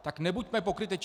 Tak nebuďme pokrytečtí.